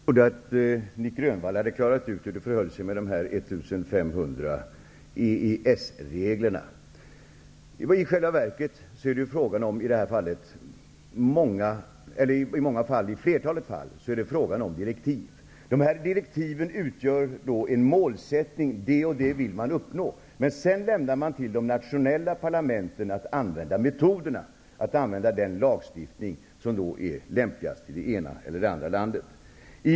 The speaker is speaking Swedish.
Herr talman! Jag trodde att Nic Grönvall hade klarat ut hur det förhåller sig med dessa 1 500 EES regler. Det är i flertalet fall frågan om direktiv. Dessa direktiv utgör en målsättning. Man vill uppnå olika saker, men sedan lämnar man åt de nationella parlamenten att använda metoderna och den lagstiftning som är lämpligast i det egna landet.